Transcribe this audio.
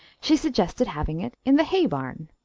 she suggested having it in the hay-barn.